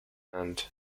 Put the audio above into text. and